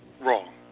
wrong